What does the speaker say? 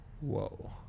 Whoa